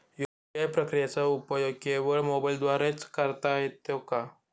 UPI प्रक्रियेचा उपयोग केवळ मोबाईलद्वारे च करता येतो का?